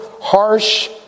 harsh